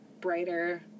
brighter